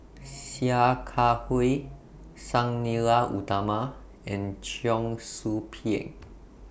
Sia Kah Hui Sang Nila Utama and Cheong Soo Pieng